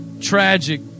tragic